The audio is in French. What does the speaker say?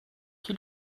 qui